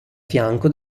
fianco